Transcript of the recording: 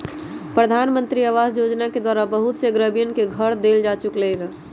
प्रधानमंत्री आवास योजना के द्वारा बहुत से गरीबन के घर देवल जा चुक लय है